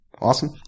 awesome